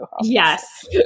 Yes